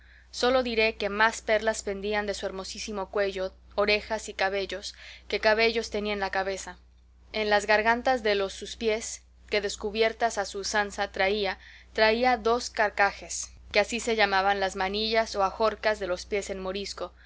sólo diré que más perlas pendían de su hermosísimo cuello orejas y cabellos que cabellos tenía en la cabeza en las gargantas de los sus pies que descubiertas a su usanza traía traía dos carcajes que así se llamaban las manillas o ajorcas de los pies en morisco de purísimo oro con tantos diamantes engastados que ella me dijo después que su padre los estimaba en